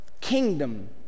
kingdom